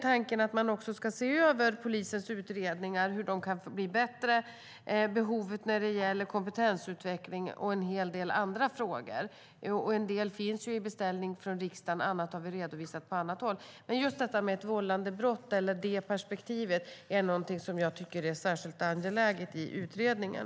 Tanken är att se över polisens utredningar. Hur kan de bli bättre? Vad finns det för behov av kompetensutveckling? Och så finns det en hel del andra frågor. En del finns i beställningen från riksdagen; annat har vi redovisat på annat håll. Ett vållandebrott, eller det perspektivet, tycker jag är en särskilt angelägen fråga för utredningen.